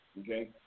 Okay